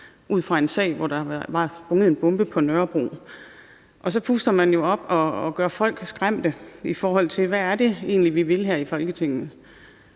ud fra en sag, hvor der var sprunget en bombe på Nørrebro, og så pustede man det op og gjorde folk skræmte, i forhold til hvad det egentlig var, vi ville her i Folketinget.